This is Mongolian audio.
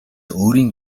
өөрийн